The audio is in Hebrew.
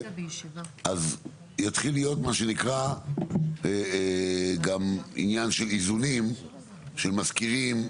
אז יתחיל להיות מה שנקרא גם עניין של איזונים של מזכירים,